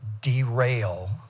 derail